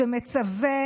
שמצווה